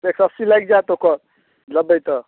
एक सओ अस्सी लागि जाएत ओकर लेबै तऽ